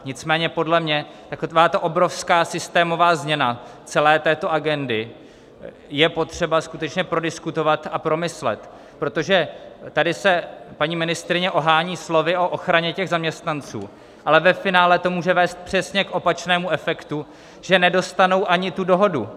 Nicméně podle mě takováto obrovská systémová změna celé této agendy je potřeba skutečně prodiskutovat a promyslet, protože tady se paní ministryně ohání slovy o ochraně zaměstnanců, ale ve finále to může vést přesně k opačnému efektu, že nedostanou ani tu dohodu.